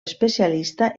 especialista